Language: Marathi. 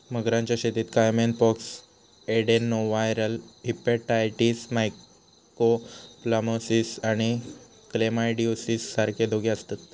मगरांच्या शेतीत caiman pox, adenoviral hepatitis, mycoplasmosis आणि क्लेमायडिओसिस सारखे धोके आसतत